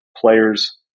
players